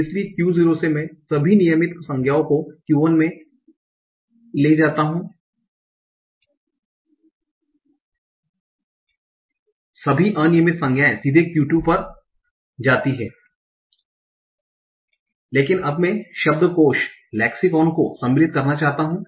इसलिए Q0 से मैं सभी रेगुलर नाउँनस को Q1 में ले जाता हूं सभी इररेगुलर नाउँनस सीधे Q2 पर जाती हैं लेकिन अब मैं लेक्सिकन को सम्मिलित करना चाहता हूं